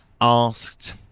asked